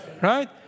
Right